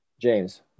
James